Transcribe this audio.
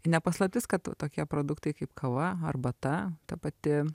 ne paslaptis kad tau tokie produktai kaip kava arbata ta pati